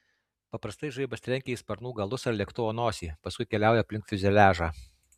paprastai žaibas trenkia į sparnų galus ar lėktuvo nosį paskui keliauja aplink fiuzeliažą